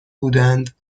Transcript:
بودند